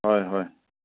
ꯍꯣꯏ ꯍꯣꯏ